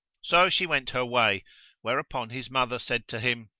so she went her way whereupon his mother said to him,